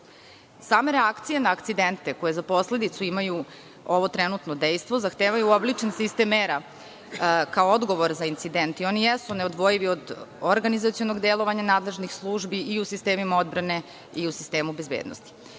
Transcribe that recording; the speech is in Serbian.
Same reakcije na akcidente koje za posledicu imaju ovo trenutno dejstvo zahtevaju uobličen sistem mera kao odgovor za incidente i oni jesu neodvojivi od organizacionog delovanja nadležnih službi i u sistemima odbrane i u sistemu bezbednosti.